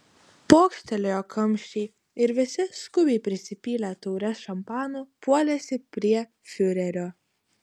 pokštelėjo kamščiai ir visi skubiai prisipylę taures šampano puolėsi prie fiurerio